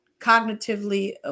cognitively